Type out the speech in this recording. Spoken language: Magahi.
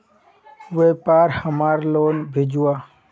व्यापार हमार लोन भेजुआ?